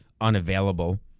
unavailable